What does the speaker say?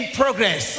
progress